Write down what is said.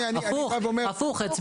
לא, הפוך, הפוך.